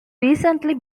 recently